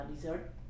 dessert